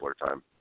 time